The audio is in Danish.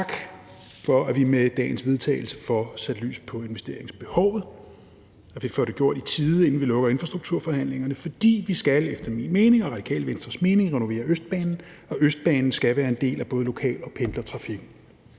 Tak for, at vi med dagens vedtagelse får sat lys på investeringsbehovet, og at vi får gjort det i tide, inden vi lukker infrastrukturforhandlingerne. For vi skal efter min mening og Radikale Venstres mening renovere Østbanen, og Østbanen skal være en del af både lokal- og pendlertrafikken.